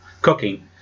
cooking